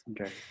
Okay